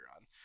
on